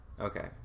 Okay